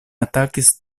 atakis